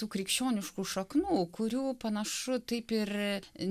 tų krikščioniškų šaknų kurių panašu taip ir